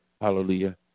hallelujah